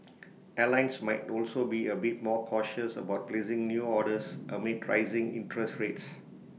airlines might also be A bit more cautious about placing new orders amid rising interest rates